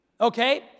Okay